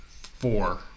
four